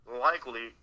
likely